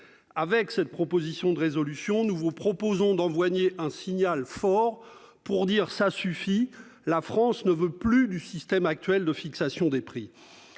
Avec cette proposition de résolution, nous vous proposons d'envoyer un signal fort pour dire :« Ça suffit ! La France ne veut plus du système actuel de fixation des prix.